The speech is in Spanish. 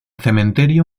cementerio